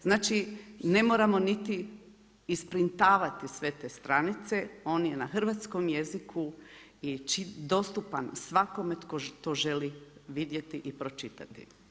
Znači ne moramo niti isprintavati sve te stranice, on je na hrvatskom jeziku i dostupan svakome tko to želi vidjeti i pročitati.